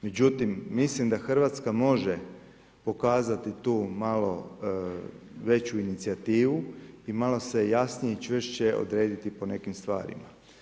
Međutim, mislim da Hrvatska može pokazati tu malo veću inicijativu i malo se jasnije i čvršće odrediti po nekim stvarima.